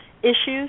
Issues